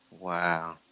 Wow